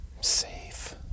safe